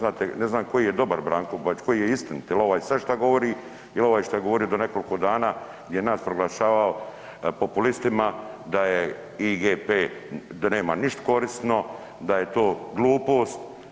Ne znam koji je dobar Branko Bačić, koji je istinit, jel ovaj sad šta govori ili ovaj šta je govorio do nekoliko dana gdje je nas proglašavao populistima, da je IGP da nema ništa korisno, da je to glupost.